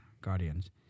Guardians